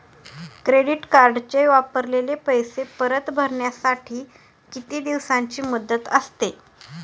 Credit कार्डचे वापरलेले पैसे परत भरण्यासाठी किती दिवसांची मुदत असते?